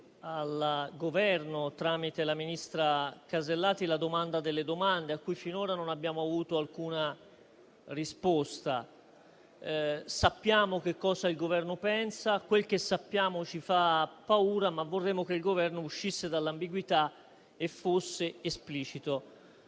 al Governo, tramite la ministra Alberti Casellati, la domanda delle domande a cui finora non abbiamo avuto alcuna risposta. Sappiamo che cosa pensa il Governo. Quel che sappiamo ci fa paura, ma vorremmo che il Governo uscisse dall'ambiguità e fosse esplicito.